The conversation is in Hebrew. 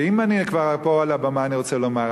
ואם אני כבר פה על הבמה אני רוצה לומר,